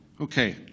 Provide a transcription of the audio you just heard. okay